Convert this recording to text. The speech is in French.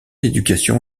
éducation